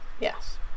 yes